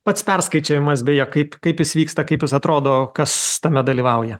pats perskaičiavimas beje kaip kaip jis vyksta kaip jis atrodo kas tame dalyvauja